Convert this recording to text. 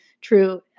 true